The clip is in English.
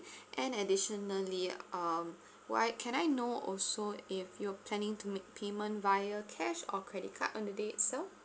and additionally um why can I know also if you're planning to make payment via cash or credit card on the day itself